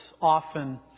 often